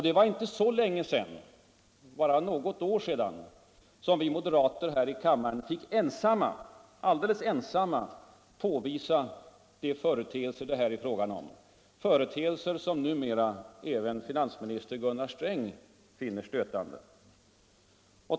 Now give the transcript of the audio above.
Det var inte så länge sedan — bara något år sedan — som vi moderater här i kammaren fick ensamma påvisa de företeelser som numera även finansminister Gunnar Sträng finner stötande.